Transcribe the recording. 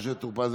משה טור פז,